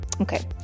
Okay